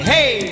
Hey